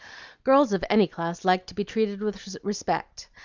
girls of any class like to be treated with respect.